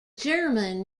german